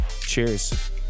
Cheers